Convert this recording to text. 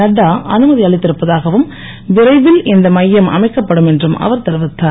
நட்டா அனுமதி அளித்திருப்பதாகவும் விரைவில் இந்த மையம் அமைக்கப்படும் என்றும் அவர் தெரிவித்தார்